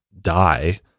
die